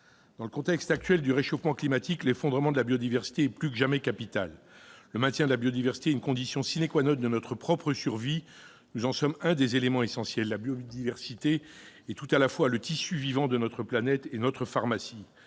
Dans le contexte actuel du réchauffement climatique, enrayer l'effondrement de la biodiversité est plus que jamais capital. Le maintien de la biodiversité est une condition de notre propre survie ; nous en sommes un des éléments essentiels. La biodiversité est tout à la fois le tissu vivant de notre planète et notre pharmacie